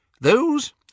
Those